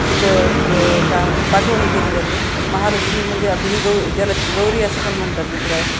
तिचं काय म्हणतात पाठवणी केली जाते महालक्ष्मी म्हणजे आता ही गौ ज्याला गौरी असं पण म्हणतात इकडं